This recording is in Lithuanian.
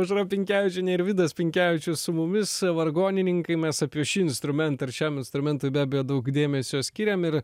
aušra pinkevičienė ir vidas pinkevičius su mumis vargonininkai mes apie šį instrumentą ir šiam instrumentui be abejo daug dėmesio skiriam ir